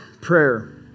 prayer